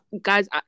guys